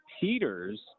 Peters